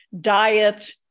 diet